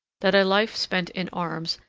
that a life spent in arms,